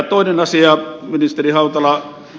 toinen asia ministeri hautala